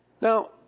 Now